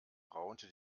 raunte